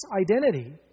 identity